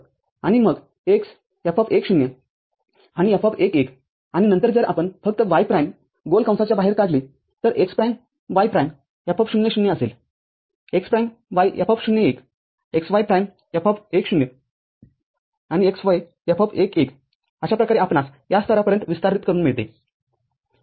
आणि मग x F१0 आणि F१ १ आणि नंतर जर आपण फक्त y प्राईम गोल कंसाच्या बाहेर काढले तर x प्राईमy प्राईम F00 असेल x प्राईम y F0१ x y प्राईम F१0 आणि x y F१ १ अशा प्रकारे आपणास या स्तरापर्यंत विस्तारित करून मिळते